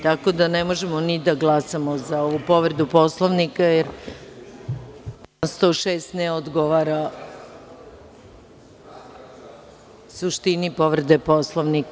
Tako da ne možemo ni da glasamo za ovu povredu Poslovnika jer član 106. ne odgovara suštini povrede Poslovnika.